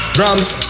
Drums